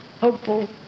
hopeful